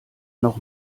noch